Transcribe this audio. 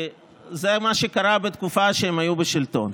כי זה מה שקרה בתקופה שהם היו בשלטון.